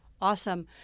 Awesome